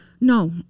No